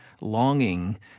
longing